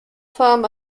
form